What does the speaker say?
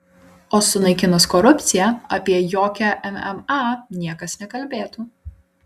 o sunaikinus korupciją apie jokią mma niekas nekalbėtų